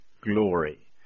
glory